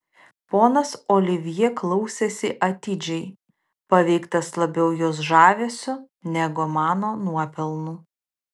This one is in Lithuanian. ponas olivjė klausėsi atidžiai paveiktas labiau jos žavesio negu mano nuopelnų